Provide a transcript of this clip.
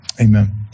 Amen